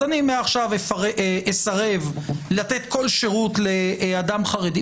אז מעכשיו אסרב לתת כל שירות לאדם חרדי.